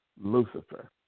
Lucifer